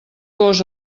gos